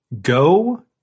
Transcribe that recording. Go